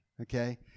Okay